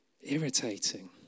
Irritating